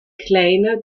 kleiner